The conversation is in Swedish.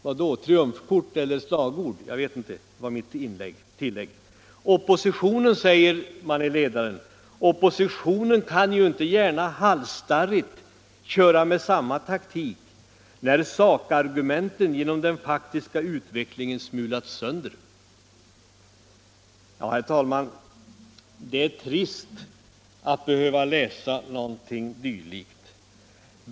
Vidare heter det i ledaren: ”Oppositionen kan ju inte gärna halsstarrigt köra med samma taktik, när sakargumenten genom den faktiska utvecklingen smulats sönder.” Herr talman! Det är trist att behöva läsa något dylikt.